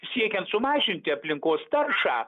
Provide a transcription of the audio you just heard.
siekiant sumažinti aplinkos taršą